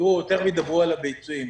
תיכף ידברו על הביצים,